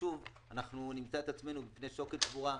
חשוב אנחנו נמצא את עצמנו בפני שוקת שבורה.